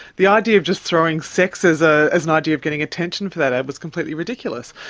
the idea of just throwing sex as ah as an idea of getting attention for that ad was completely ridiculous.